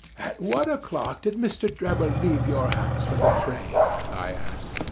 at what o'clock did mr. drebber leave your house for the train i asked.